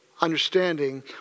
understanding